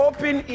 Open